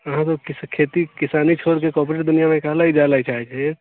अहाँ खेती किसानी छोड़ि कऽ कोरपोरेट दुनिआँमे काहे लागी जाय लेल चाहैत छियै